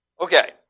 Okay